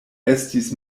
estis